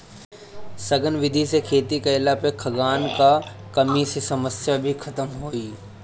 सघन विधि से खेती कईला पे खाद्यान कअ कमी के समस्या भी खतम होई